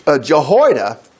Jehoiada